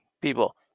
People